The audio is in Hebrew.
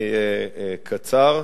אהיה קצר,